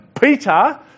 Peter